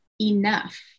enough